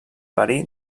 verí